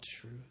truth